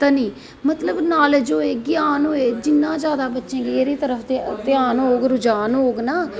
धनी मतलव नालेज़ होऐ ग्यान होऐ जिन्नां जादा एह्दी तरफ बच्चें गी ध्यान होग रुझान होग ना